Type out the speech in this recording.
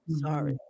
sorry